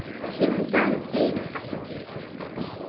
but she isn't goen to flee in a passion this time